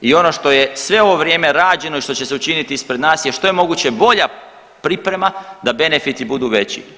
I ono što je sve ovo vrijeme rađeno i što će se učiniti ispred nas je što je moguće bolja priprema da benefiti budu veći.